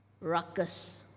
ruckus